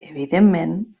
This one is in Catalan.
evidentment